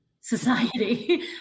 society